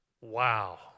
Wow